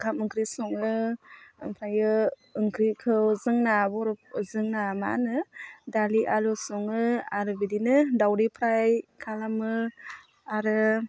ओंखाम ओंख्रि सङो ओमफ्रायो ओंख्रिखौ जोंना बर' जोंना मा होनो दालि आलु सङो आरो बिदिनो दावदै फ्राय खालामो आरो